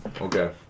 Okay